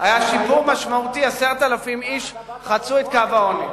היה שיפור משמעותי, 10,000 איש חצו את קו העוני.